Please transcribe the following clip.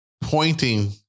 pointing